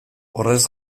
horrez